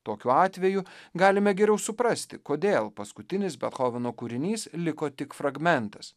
tokiu atveju galime geriau suprasti kodėl paskutinis bethoveno kūrinys liko tik fragmentas